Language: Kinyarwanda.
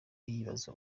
yibaza